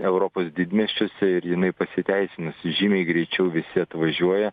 europos didmiesčiuose ir jinai pasiteisinus žymiai greičiau visi atvažiuoja